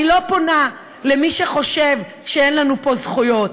אני לא פונה למי שחושב שאין לנו פה זכויות,